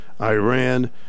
Iran